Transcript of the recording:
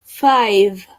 five